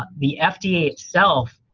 but the fda, itself,